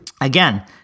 Again